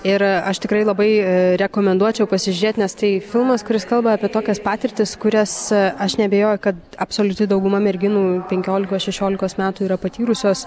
ir aš tikrai labai rekomenduočiau pasižiūrėti nes tai filmas kuris kalba apie tokias patirtis kurias aš neabejoju kad absoliuti dauguma merginų penkiolikos šešiolikos metų yra patyrusios